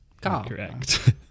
Correct